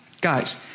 guys